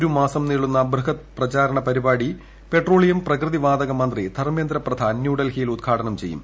ഒരു മാസം നീളുന്ന ബൃഹത് പ്രചാരണ പരിപാടി പെട്രോളിയം പ്രകൃതിവാതക മന്ത്രി ധർമ്മേന്ദ്ര പ്രധാൻ ന്യൂഡൽഹിയിൽ ഉദ്ഘാടനം ചെയ്യും